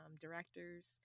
directors